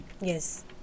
Yes